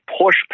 push